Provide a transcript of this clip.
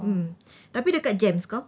mm tapi dekat jems kau